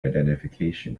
identification